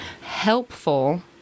helpful